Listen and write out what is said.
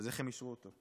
אז איך הם אישרו אותו?